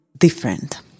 different